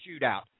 shootout